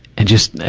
and just,